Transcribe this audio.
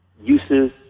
uses